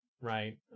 right